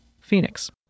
Phoenix